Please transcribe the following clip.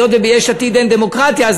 היות שביש עתיד אין דמוקרטיה,